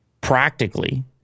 practically